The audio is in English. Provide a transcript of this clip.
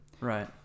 Right